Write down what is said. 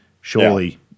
surely